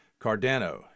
Cardano